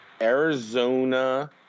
Arizona